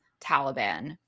taliban